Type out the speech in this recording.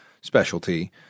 specialty